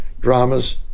dramas